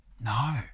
No